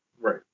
right